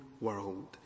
world